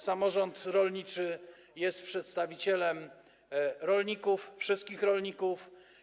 Samorząd rolniczy jest przedstawicielem rolników, wszystkich rolników.